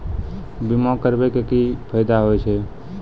बीमा करबै के की फायदा होय छै?